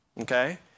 okay